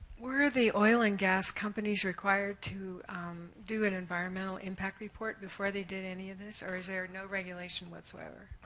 were the oil and gas companies required to do an environmental impact report before they did any of this? or is there no regulation whatsoever?